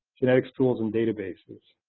genetics tools, and databases.